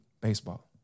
Baseball